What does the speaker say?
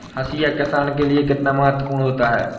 हाशिया किसान के लिए कितना महत्वपूर्ण होता है?